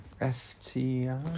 F-T-I